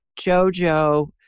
JoJo